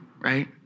right